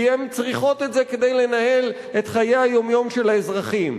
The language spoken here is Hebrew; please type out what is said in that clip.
כי הן צריכות את זה כדי לנהל את חיי היום-יום של האזרחים.